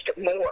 more